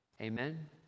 Amen